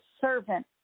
servant